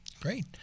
Great